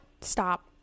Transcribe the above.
Stop